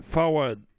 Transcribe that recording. Forward